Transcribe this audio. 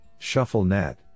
ShuffleNet